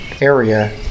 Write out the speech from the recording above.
area